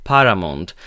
Paramount